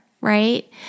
right